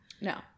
No